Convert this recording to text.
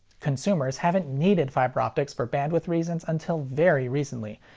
consumers haven't needed fiber optics for bandwidth reasons until very recently,